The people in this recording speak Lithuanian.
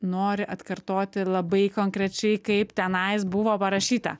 nori atkartoti labai konkrečiai kaip tenais buvo parašyta